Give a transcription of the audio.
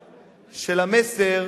אומר,